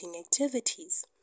activities